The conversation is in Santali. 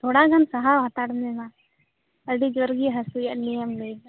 ᱛᱷᱚᱲᱟᱜᱟᱱ ᱥᱟᱦᱟᱣ ᱦᱟᱛᱟᱲᱢᱮ ᱢᱟ ᱟᱹᱰᱤᱡᱳᱨᱜᱮ ᱦᱟᱹᱥᱩᱭᱮᱫ ᱢᱮᱭᱟ ᱞᱟᱹᱭᱫᱟᱢ